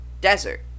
desert